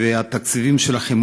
והתקציבים שלכם,